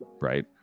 right